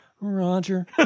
Roger